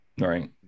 Right